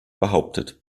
behauptet